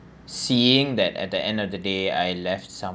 seeing that at the end of the day I left some~